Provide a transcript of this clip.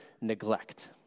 neglect